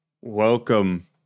Welcome